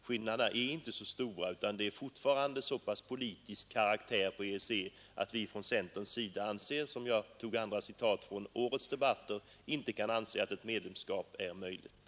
Skillnaderna är inte så stora, men det är fortfarande så pass politisk karaktär på EEC, att vi från centerns sida som framgår av de citat jag lämnade från årets debatter inte kan anse att ett medlemskap är möjligt.